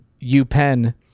UPenn